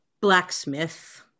blacksmith